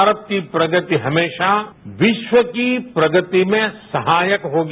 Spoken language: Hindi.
भारत की प्रगति हमेशा विश्व की प्रगति में सहायक होगी